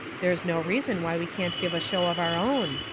there's no reason why we can't give a show of our own,